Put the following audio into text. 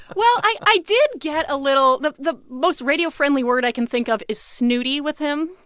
well, i i did get a little the the most radio-friendly word i can think of is snooty with him.